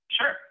Sure